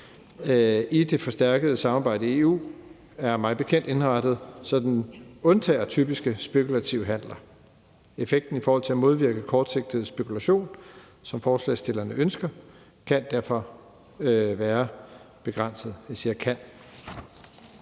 i det forstærkede samarbejde i EU, er mig bekendt indrettet, så den undtager typiske spekulative handler. Effekten i forhold til at modvirke kortsigtet spekulation, hvad forslagsstillerne ønsker, kan derfor være begrænset